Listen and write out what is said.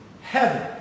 heaven